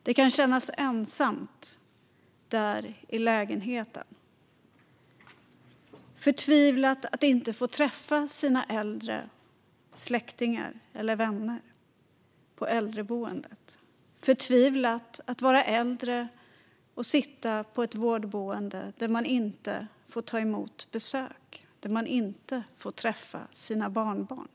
Det kan kännas ensamt där i lägenheten, kännas förtvivlat att inte få träffa sina äldre släktingar eller vänner på äldreboendet. Det kan kännas förtvivlat att vara äldre och sitta på ett vårdboende där man inte får ta emot besök, där man inte får träffa sina barnbarn.